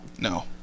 No